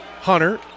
Hunter